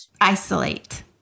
Isolate